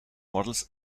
models